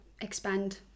expand